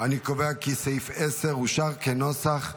אני קובע כי סעיף 10, כנוסח הוועדה,